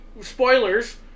Spoilers